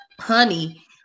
honey